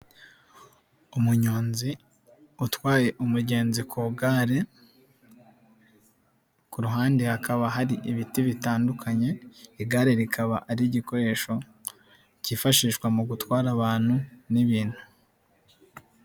Umunyonzi utwaye umugenzi ku gare, ku ruhande hakaba hari ibiti bitandukanye igare rikaba ari igikoresho, cyifashishwa mu gutwara abantu n'ibintu.